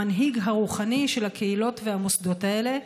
המנהיג הרוחני של הקהילות והמוסדות האלה.